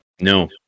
No